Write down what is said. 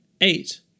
eight